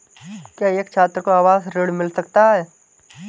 क्या एक छात्र को आवास ऋण मिल सकता है?